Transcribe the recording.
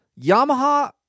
Yamaha